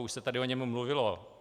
Už se tady o něm mluvilo.